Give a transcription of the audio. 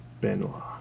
Benoit